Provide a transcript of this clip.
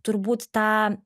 turbūt tą